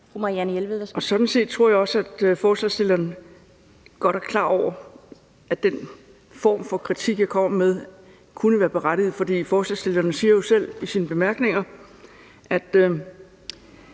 sådan set også, at forslagsstillerne godt er klar over, at den kritik, jeg kommer med, kunne være berettiget, for forslagsstillerne siger jo selv i bemærkningerne: